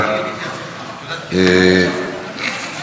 היא אחרונת המסתייגים.